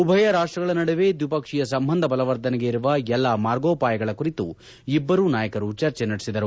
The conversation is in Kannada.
ಉಭಯ ರಾಷ್ಷಗಳ ನಡುವೆ ದ್ವಿಪಕ್ಷೀಯ ಸಂಬಂಧ ಬಲವರ್ಧನೆಗೆ ಇರುವ ಎಲ್ಲಾ ಮಾರ್ಗೋಪಾಯಗಳ ಕುರಿತು ಇಬ್ಲರೂ ನಾಯಕರು ಚರ್ಚೆ ನಡೆಸಿದರು